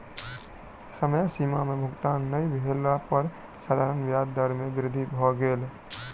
समय सीमा में भुगतान नै भेला पर साधारण ब्याज दर में वृद्धि भ गेल